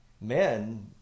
men